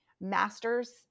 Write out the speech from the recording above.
masters